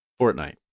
Fortnite